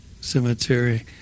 cemetery